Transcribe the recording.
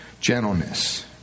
Gentleness